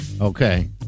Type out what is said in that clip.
Okay